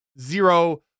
zero